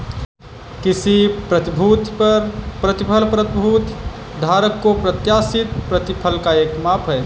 किसी प्रतिभूति पर प्रतिफल प्रतिभूति धारक को प्रत्याशित प्रतिफल का एक माप है